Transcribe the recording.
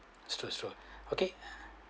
stressful okay